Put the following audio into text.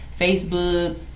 Facebook